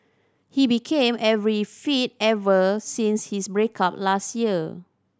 he became every fit ever since his break up last year